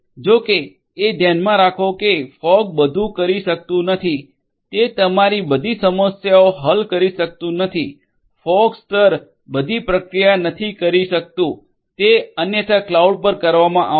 જો કે એ ધ્યાનમાં રાખો કે ફોગ બધું કરી શકતું નથી તે તમારી બધી સમસ્યાઓ હલ કરી શકતું નથી ફોગ સ્તર બધી પ્રક્રિયા નથી કરી શકતુ તે અન્યથા ક્લાઉડ પર કરવામાં આવશે